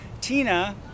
Tina